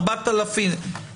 4,000... נכון.